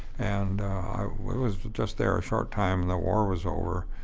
and i was just there a short time, the war was over.